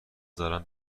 دارم